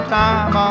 time